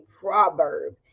proverb